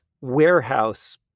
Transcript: warehouse